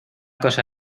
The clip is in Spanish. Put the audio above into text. cosa